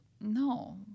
No